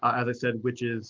as i said, witches,